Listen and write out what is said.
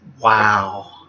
Wow